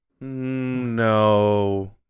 no